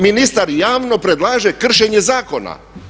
Ministar javno predlaže kršenje zakona.